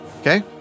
Okay